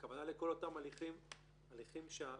הכוונה היא לכל אותן בקשות שהחשוד מגיש